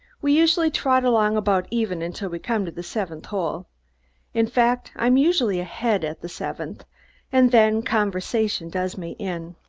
we usually trot along about even until we come to the seventh hole in fact, i'm usually ahead at the seventh and then conversation does me in.